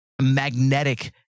magnetic